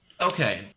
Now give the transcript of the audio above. Okay